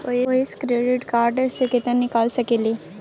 ओयसे credit card से केतना निकाल सकलियै?